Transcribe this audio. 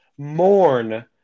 mourn